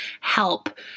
help